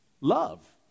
Love